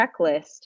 checklist